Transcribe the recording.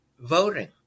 voting